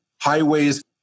highways